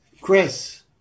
Chris